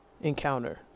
Encounter